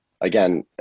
again